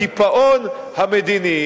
הקיפאון המדיני.